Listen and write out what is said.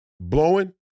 blowing